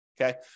okay